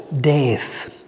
death